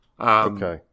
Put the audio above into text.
okay